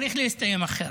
צריך להסתיים אחרת,